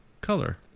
color